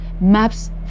maps